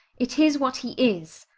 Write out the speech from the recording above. it is what he is.